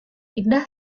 indah